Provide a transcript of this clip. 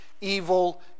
evil